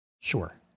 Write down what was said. Sure